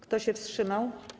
Kto się wstrzymał?